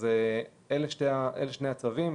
אלו שני הצווים,